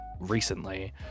recently